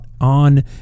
on